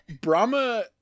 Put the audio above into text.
Brahma